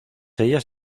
ellas